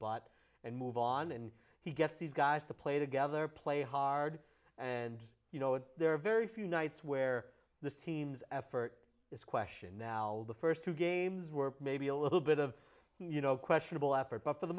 butt and move on and he gets these guys to play together play hard and you know there are very few nights where the teams effort is question now the first two games were maybe a little bit of you know questionable effort but for the